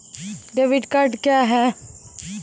Debit card क्या हैं?